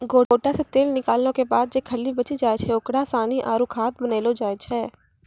गोटा से तेल निकालो के बाद जे खल्ली बची जाय छै ओकरा सानी आरु खाद बनैलो जाय छै